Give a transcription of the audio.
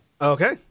Okay